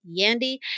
Yandy